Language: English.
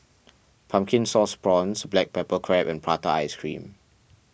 Pumpkin Sauce Prawns Black Pepper Crab and Prata Ice Cream